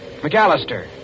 McAllister